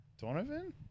Donovan